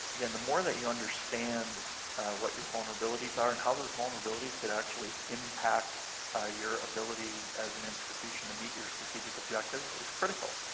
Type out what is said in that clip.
again, the more that you understand what your vulnerabilities are and how those vulnerabilities could actually impact ah your ability as an institution to meet your strategic objectives is critical.